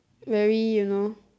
very you know